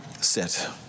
sit